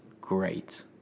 great